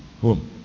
home